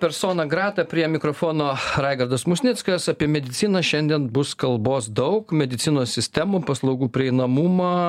persona grata prie mikrofono raigardas musnickas apie mediciną šiandien bus kalbos daug medicinos sistemų paslaugų prieinamumą